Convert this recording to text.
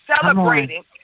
celebrating